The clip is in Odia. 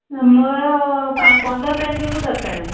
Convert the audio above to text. ମୋର ପନ୍ଦର ତାରିଖକୁ ଦରକାର